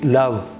love